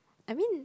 I mean